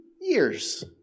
years